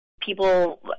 people